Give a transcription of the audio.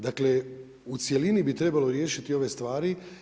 Dakle u cjelini bi trebalo riješiti ove stvari.